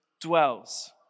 dwells